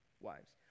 wives